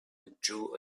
withdrew